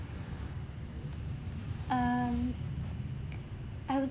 um I would